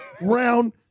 round